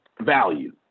value